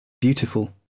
Beautiful